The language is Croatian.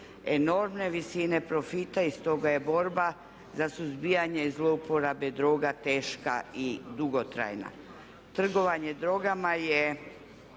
enormne visine profita i stoga je borba za suzbijanje i zlouporabe droga teška i dugotrajna. Trgovanje drogama je